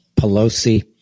Pelosi